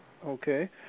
Okay